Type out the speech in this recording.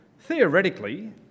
Theoretically